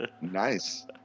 Nice